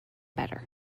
better